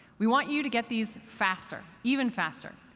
we want you to get these faster even faster.